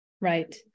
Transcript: right